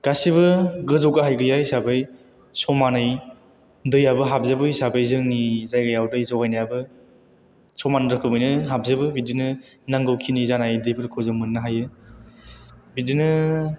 गासैबो गोजौ गाहाय गैया हिसाबै समानै दैयाबो हाबजोबो हिसाबै जोंनि जायगायाव दै जगायनायाबो समान रोखोमैनो हाबजोबो बिदिनो नांगौखिनि जानाय दैफोरखौ मोननो हायो बिदिनो